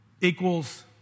equals